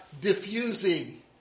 diffusing